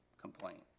complaint